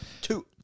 Two